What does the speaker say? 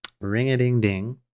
Ring-a-ding-ding